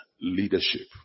leadership